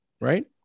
right